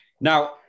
Now